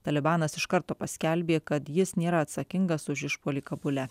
talibanas iš karto paskelbė kad jis nėra atsakingas už išpuolį kabule